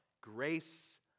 Grace